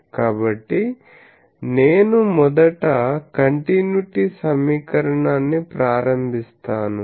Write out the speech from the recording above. కాబట్టి నేను మొదట కంటిన్యుటీ సమీకరణాన్ని ప్రారంభిస్తాను